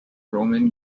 roman